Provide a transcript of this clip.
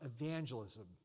evangelism